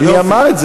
אבל מי אמר את זה?